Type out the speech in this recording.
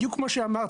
בדיוק כמו שאמרת,